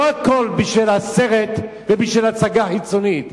לא הכול בשביל הסרט ובשביל ההצגה החיצונית.